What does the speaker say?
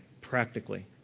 practically